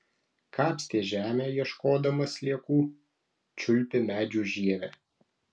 kapstė žemę ieškodama sliekų čiulpė medžių žievę